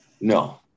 no